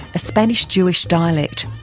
a spanish-jewish dialect.